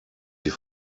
die